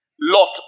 Lot